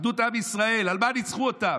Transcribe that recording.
ואחדות עם ישראל, על מה ניצחו אותם?